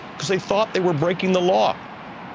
because they thought they were breaking the law.